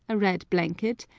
a red blanket,